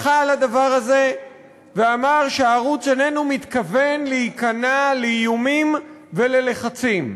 מחה על הדבר הזה ואמר שהערוץ איננו מתכוון להיכנע לאיומים וללחצים.